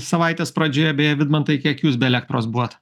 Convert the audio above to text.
savaitės pradžioje beje vidmantai kiek jūs be elektros buvot